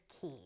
key